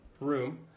room